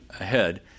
ahead